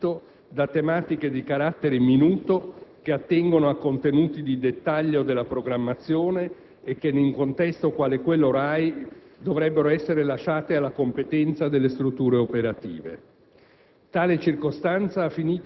troppo spesso assorbito da tematiche di carattere minuto che attengono a contenuti di dettaglio della programmazione e che, in un contesto quale quello RAI, dovrebbero essere lasciate alla competenza delle strutture operative.